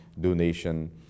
donation